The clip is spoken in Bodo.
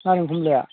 नारें खमलाया